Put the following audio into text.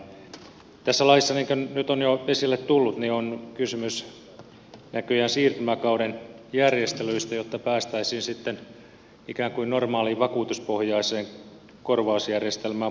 tässä laissa niin kuin nyt on jo esille tullut on kysymys näköjään siirtymäkauden järjestelyistä jotta päästäisiin sitten ikään kuin normaaliin vakuutuspohjaiseen korvausjärjestelmään parin vuoden päästä